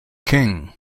king